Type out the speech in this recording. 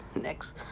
next